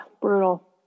brutal